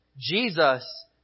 Jesus